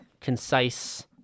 concise